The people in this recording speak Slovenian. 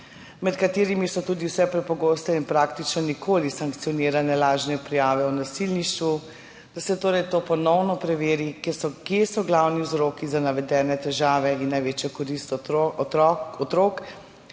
med katerimi so tudi vse prepogosteje in praktično nikoli sankcionirane lažne prijave o nasilništvu, da se torej to ponovno preveri, kje so glavni vzroki za navedene težave, in se za največjo korist otrok pripravijo